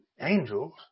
angels